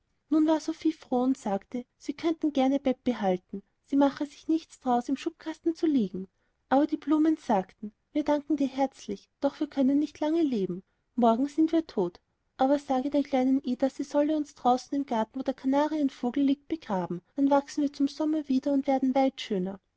nun war sophie froh und sagte sie könnten gern ihr bett behalten sie mache sich nichts daraus im schubkasten zu liegen aber die blumen sagten wir danken dir herzlich doch wir können nicht lange leben morgen sind wir tot aber sage der kleinen ida sie solle uns draußen im garten wo der kanarienvogel liegt begraben dann wachsen wir zum sommer wieder und werden weit schöner